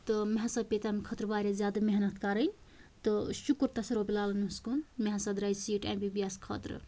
تہٕ مےٚ سا پیٚیہِ تَمہِ خٲطرٕ واریاہ زیادٕ محنت کَرٕنۍ تہٕ شُکُر تَس رۄبُل عالَمیٖنَس کُن مےٚ سا درایہِ seat M B B S خٲطرٕ